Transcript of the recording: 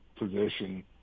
Position